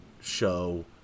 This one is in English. show